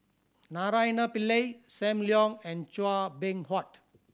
Naraina Pillai Sam Leong and Chua Beng Huat